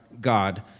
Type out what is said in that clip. God